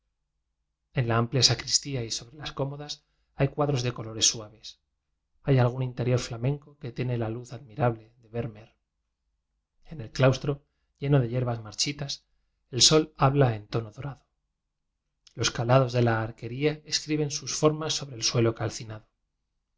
en la amplia sacristía y sobre las cómo das hay cuadros de colores suaves hay algún interior flamenco que tiene la luz ad mirable de wermeer en el claustro lleno de hierbas marchitas el sol habla en tono dorado los calados de la arquería escri ben sus formas sobre el suelo calcinado